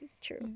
true